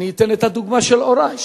אני אתן את הדוגמה של הורי,